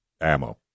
ammo